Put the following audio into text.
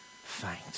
faint